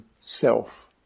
self